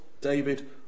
David